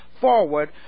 forward